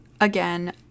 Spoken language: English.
Again